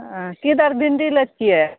ओ कि दर भिन्डी लै छिए